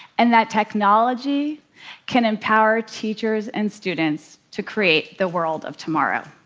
and that technology can empower teachers and students to create the world of tomorrow.